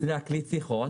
להקליט שיחות,